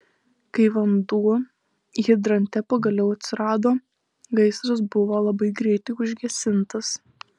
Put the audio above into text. kai vanduo hidrante pagaliau atsirado gaisras buvo labai greitai užgesintas